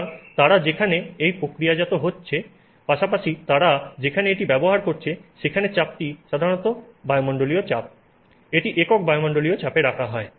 সুতরাং তারা যেখানে এটি প্রক্রিয়াজাত করছে পাশাপাশি তারা যেখানে এটি ব্যবহার করছে সেখানের চাপটি সাধারণত বায়ুমণ্ডলীয় এটি একক বায়ুমন্ডলীয় চাপে রাখা হয়